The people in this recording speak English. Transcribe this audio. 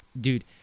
dude